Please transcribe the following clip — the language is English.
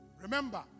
Remember